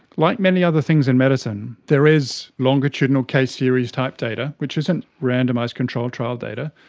like many other things in medicine, there is longitudinal case theories type data which isn't randomised control trial data,